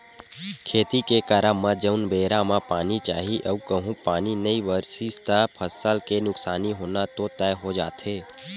खेती के करब म जउन बेरा म पानी चाही अऊ कहूँ पानी नई बरसिस त फसल के नुकसानी होना तो तय हो जाथे